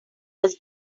was